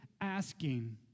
asking